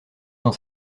dans